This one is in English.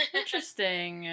interesting